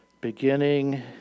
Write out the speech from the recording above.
beginning